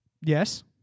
Yes